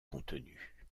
contenue